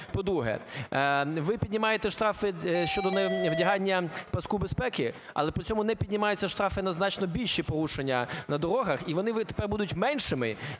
По-друге, ви піднімаєте штрафи щодо невдягання паску безпеки, але при цьому не піднімаються штрафи на значно більші порушення на дорогах. І вони тепер будуть меншими,